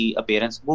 appearance